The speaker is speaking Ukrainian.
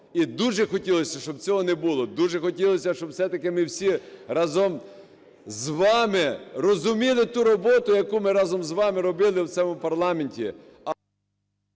І дуже хотілося б, щоб цього не було. Дуже хотілося б, щоб все-таки ми всі разом з вами розуміли ту роботу, яку ми разом з вами робили в цьому парламенті…